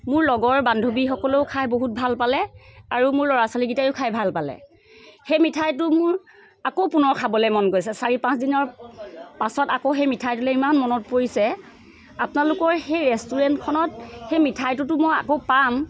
মোৰ লগৰ বান্ধৱীসকলেও খাই বহুত ভাল পালে আৰু মোৰ ল'ৰা ছোৱালীকেইটায়ো খাই ভাল পালে সেই মিঠাইটো মোৰ আকৌ পুনৰ খাবলৈ মন গৈছে চাৰি পাঁচদিনৰ পাছত আকৌ সেই মিঠাইটোলৈ ইমান মনত পৰিছে আপোনালোকৰ সেই ৰেষ্টুৰেণ্টখনত সেই মিঠাইটোতো মই আকৌ পাম